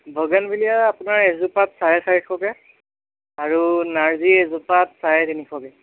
bougainvillea আপোনাৰ এজোপাত চাৰে চাৰিশকে আৰু নাৰ্জী এজোপাত চাৰে তিনিশকে